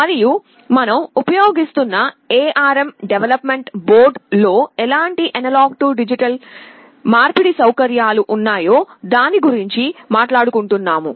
మరియు మనం ఉపయోగిస్తున్న ARM డెవలప్మెంట్ బోర్డు లో ఎలాంటి A D మార్పిడి సౌకర్యాలు ఉన్నాయో దాని గురించి మాట్లాడుకుంటున్నాము